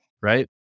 Right